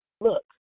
Look